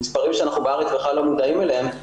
מספרים שאנחנו בארץ בכלל לא מודעים אליהם,